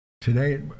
Today